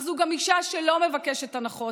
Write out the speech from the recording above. אך זו גם אישה שלא מבקשת הנחות,